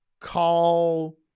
call